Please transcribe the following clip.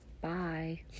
Bye